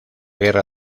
guerra